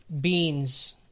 beans